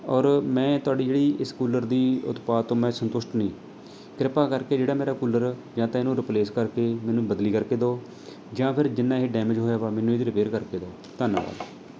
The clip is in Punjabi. ਔਰ ਮੈਂ ਤੁਹਾਡੀ ਜਿਹੜੀ ਇਸ ਕੁੱਲਰ ਦੀ ਉਤਪਾਦ ਤੋਂ ਮੈਂ ਸੰਤੁਸ਼ਟ ਨਹੀਂ ਕ੍ਰਿਪਾ ਕਰਕੇ ਜਿਹੜਾ ਮੇਰਾ ਕੂਲਰ ਜਾਂ ਤਾਂ ਇਹਨੂੰ ਰਿਪਲੇਸ ਕਰਕੇ ਮੈਨੂੰ ਬਦਲੀ ਕਰਕੇ ਦਿਉ ਜਾਂ ਫਿਰ ਜਿੰਨਾਂ ਇਹ ਡੈਮਿਜ ਹੋਇਆ ਵਾ ਮੈਨੂੰ ਇਹਦੀ ਰਿਪੇਅਰ ਕਰਕੇ ਦਿਓ ਧੰਨਵਾਦ